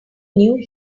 knew